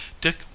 dick